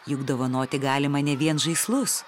juk dovanoti galima ne vien žaislus